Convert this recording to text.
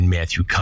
Matthew